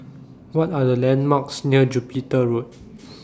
What Are The landmarks near Jupiter Road